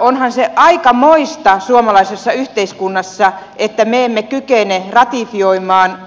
onhan se aikamoista suomalaisessa yhteiskunnassa että me emme kykene ratifioimaan